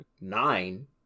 nine